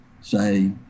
say